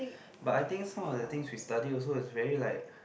but I think some of the things we study also is very like